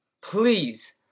please